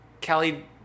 Kelly